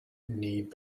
need